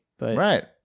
Right